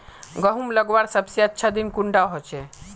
गहुम लगवार सबसे अच्छा दिन कुंडा होचे?